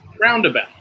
roundabout